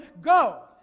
go